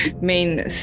main